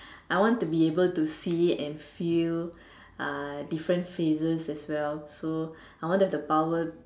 I want to be able to see and feel uh different phases as well so I want to have the power